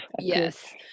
Yes